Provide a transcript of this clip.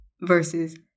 versus